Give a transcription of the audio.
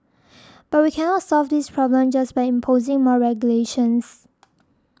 but we cannot solve this problem just by imposing more regulations